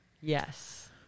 Yes